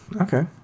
Okay